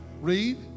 read